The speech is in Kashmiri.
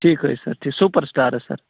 ٹھیٖک حظ چھِ سر ٹھیٖک سُپر سِٹار حظ سر